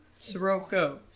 Siroko